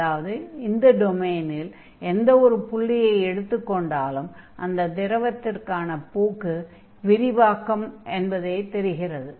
அதாவது இந்த டொமைனில் எந்த ஒரு புள்ளியை எடுத்துக் கொண்டாலும் அந்த திரவத்திற்கான போக்கு விரிவாக்கம் என்பது தெரிகிறது